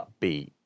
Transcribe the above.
upbeat